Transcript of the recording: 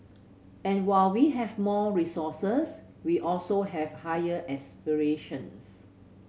and while we have more resources we also have higher aspirations